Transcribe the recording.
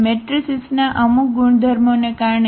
મેટ્રિસીસના અમુક ગુણધર્મોને કારણે